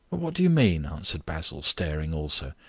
what do you mean? answered basil, staring also.